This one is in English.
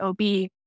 OB